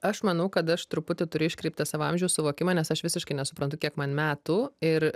aš manau kad aš truputį turiu iškreiptą savo amžiaus suvokimą nes aš visiškai nesuprantu kiek man metų ir